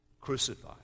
crucified